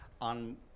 on